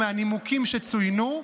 ומהנימוקים שצוינו,